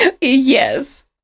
Yes